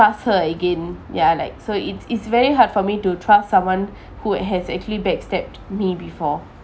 trust her again ya like so it's it's very hard for me to trust someone who has actually backstabbed me before